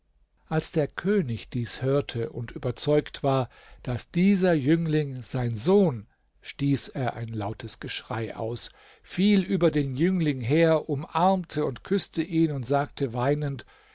als der könig dies hörte und überzeugt war daß dieser jüngling sein sohn stieß er ein lautes geschrei aus fiel über den jüngling her umarmte und küßte ihn und sagte weinend